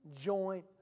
joint